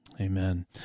Amen